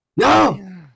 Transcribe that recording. No